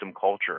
culture